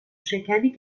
شکنی